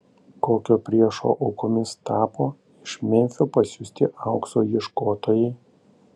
kokio priešo aukomis tapo iš memfio pasiųsti aukso ieškotojai